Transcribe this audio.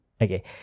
Okay